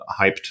hyped